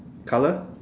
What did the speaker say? colour